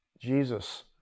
Jesus